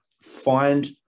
find